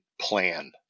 plan